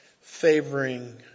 favoring